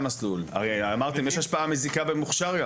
הרי אמרתם, יש השפעה מזיקה במוכש"ר.